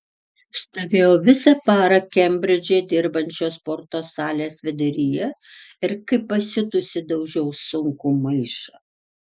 stovėjau visą parą kembridže dirbančios sporto salės viduryje ir kaip pasiutusi daužiau sunkų maišą